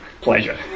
Pleasure